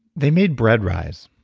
they made bread rise.